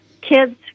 kids